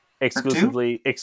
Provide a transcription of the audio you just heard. exclusively